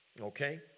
okay